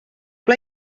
pla